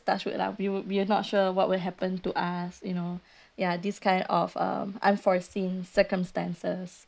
touch wood lah we would we're not sure what will happen to us you know ya this kind of um unforeseen circumstances